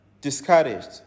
discouraged